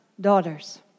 daughters